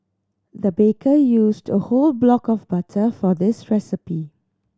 the baker used a whole block of butter for this recipe